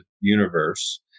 universe